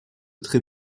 très